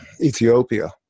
Ethiopia